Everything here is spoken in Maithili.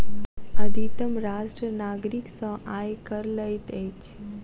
अधितम राष्ट्र नागरिक सॅ आय कर लैत अछि